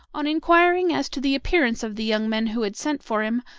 on inquiring as to the appearance of the young men who had sent for him,